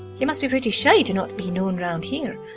you must be pretty shy to not be known round here.